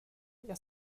jag